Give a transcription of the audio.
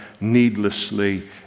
needlessly